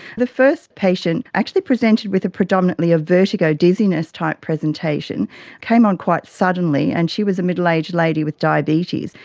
the first patient actually presented with predominantly a vertigo, dizziness type presentation, it came on quite suddenly, and she was a middle-aged lady with diabetes.